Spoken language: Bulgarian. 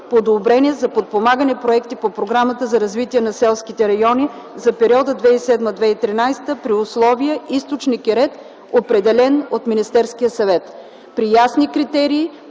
одобрение за подпомагане проекти по Програмата за развитие на селските райони за периода 2007-2013 г. при условия, източник и ред, определени от Министерския съвет.”